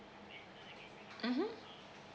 mmhmm